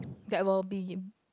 that will be